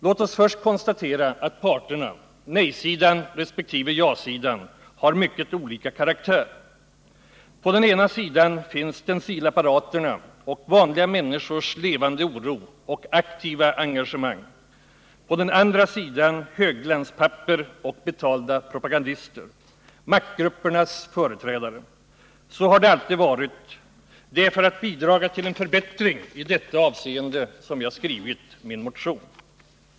Låt oss först konstatera att parterna — nej-sidan resp. ja-sidan — har mycket olika karaktär. På den ena sidan finns stencilapparaterna och vanliga människors levande oro och aktiva engagemang, på den andra sidan högglanspapper och betalda propagandister — maktgruppernas företrädare. Så har det alltid varit. Det är för att bidra till en förbättring i detta avseende som jag har skrivit min motion.